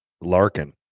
Larkin